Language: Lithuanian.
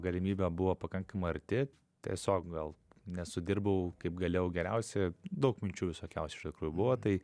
galimybė buvo pakankamai arti tiesiog gal nesudirbau kaip galėjau geriausia daug minčių visokiausių iš tikrųjų buvo tai